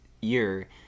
year